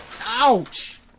Ouch